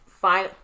Fine